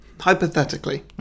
Hypothetically